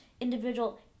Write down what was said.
individual